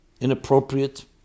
inappropriate